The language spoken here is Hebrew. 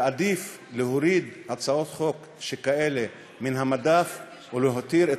עדיף להוריד הצעות חוק שכאלה מן המדף ולהותיר את